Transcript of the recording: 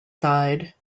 died